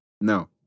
No